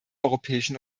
europäischen